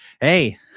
hey